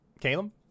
caleb